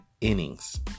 innings